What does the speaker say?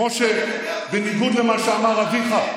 בניגוד למה שאמר אביך,